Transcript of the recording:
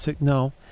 No